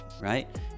right